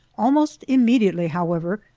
almost immediately, however,